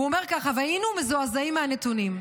הוא אומר ככה: והיינו מזועזעים מהנתונים.